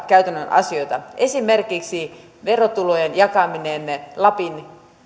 käytännön asioita esimerkiksi verotulojen jakaminen lapin